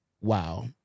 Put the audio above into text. wow